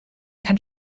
kann